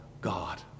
God